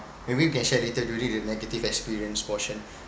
maybe we can share later during the negative experience portion